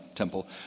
temple